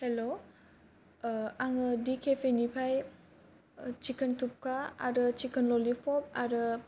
हेल' आङो डि केफेनिफ्राय चिकेन थुकपा आरो चिकेन ललिपप आरो